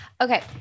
Okay